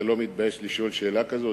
אתה לא מתבייש לשאול שאלה כזאת?